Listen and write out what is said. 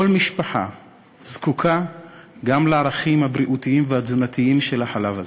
כל משפחה זקוקה גם לערכים הבריאותיים והתזונתיים של החלב הזה.